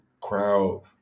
crowd